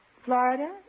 Florida